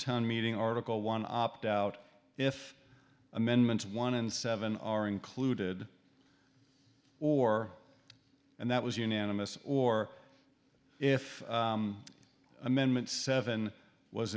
town meeting article one opt out if amendments one and seven are included or and that was unanimous or if amendment seven was